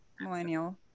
millennial